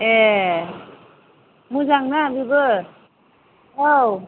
ए मोजांना बेबो औ